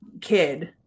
kid